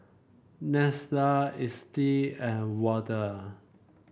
Neslla Estie and Wade